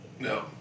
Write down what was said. No